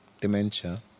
dementia